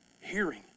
Hearing